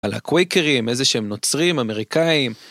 על הקוויקרים, איזה שהם נוצרים, אמריקאים.